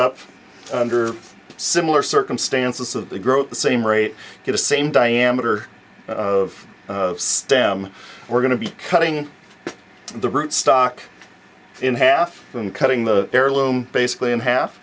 up under similar circumstances of the growth the same rate to the same diameter of stem we're going to be cutting the root stock in half and cutting the heirloom basically in half